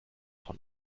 von